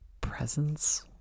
presence